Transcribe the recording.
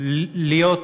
להיות